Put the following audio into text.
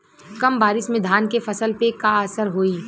कम बारिश में धान के फसल पे का असर होई?